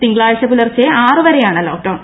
തിങ്കളാഴ്ച പുലർച്ചെ ആറ് വരെയാണ് ലോക്ഡൌൺ